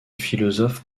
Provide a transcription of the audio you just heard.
philosophe